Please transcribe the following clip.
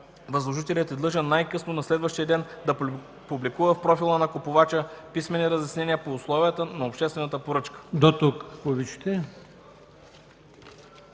възложителят е длъжен най-късно на следващия ден да публикува в профила на купувача писмени разяснения по условията на обществената поръчка.”